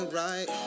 right